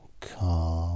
Calm